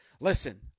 listen